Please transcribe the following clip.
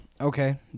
Okay